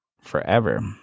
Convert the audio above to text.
forever